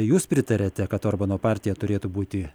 jūs pritariate kad orbano partija turėtų būti